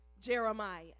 Jeremiah